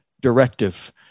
directive